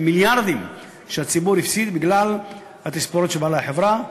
של מיליארדים שהציבור הפסיד בגלל התספורת של בעלי החברה.